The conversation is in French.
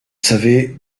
savez